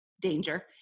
danger